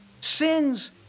Sins